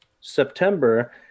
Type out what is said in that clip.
September